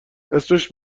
اسمش